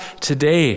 today